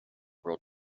world